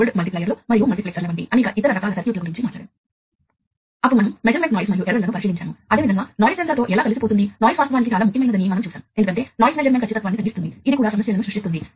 field mounted పరికరాల్లో ఇది integrated control మరియు మానిటరింగ్ ఫంక్షన్లను కూడా అందిస్తుంది